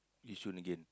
Yishun again